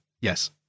Yes